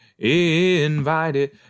invited